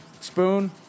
spoon